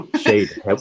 shade